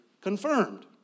confirmed